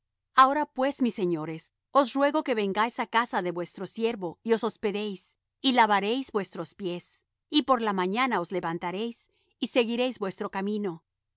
ahora pues mis señores os ruego que vengáis á casa de vuestro siervo y os hospedéis y lavaréis vuestros pies y por la mañana os levantaréis y seguiréis vuestro camino